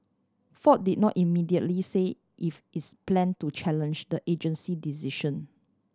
ford did not immediately say if it's plan to challenge the agency decision